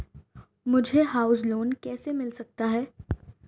मुझे house loan कैसे मिल सकता है?